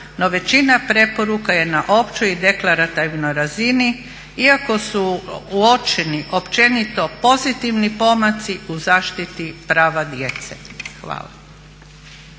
No, većina preporuka je na općoj i deklarativnoj razini, iako su uočeni općenito pozitivni pomaci u zaštiti prava djece. Hvala.